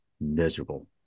miserable